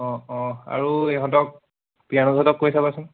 অঁ অঁ আৰু ইহঁতক পিয়ানুজঁতক কৈ চাবাচোন